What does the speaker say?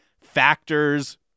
factors